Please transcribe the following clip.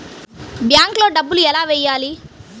బ్యాంక్లో డబ్బులు ఎలా వెయ్యాలి?